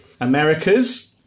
Americas